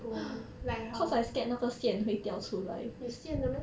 oh like how 有线的 meh